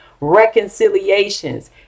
reconciliations